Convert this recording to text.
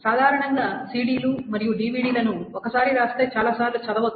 సాధారణంగా సిడిలు మరియు డివిడి లను ఒకసారి రాస్తే చాలాసార్లు చదవొచ్చు